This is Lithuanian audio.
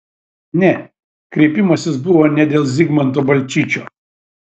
ne kreipimasis buvo ne dėl zigmanto balčyčio